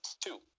two